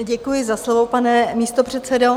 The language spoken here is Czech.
Děkuji za slovo, pane místopředsedo.